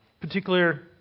particular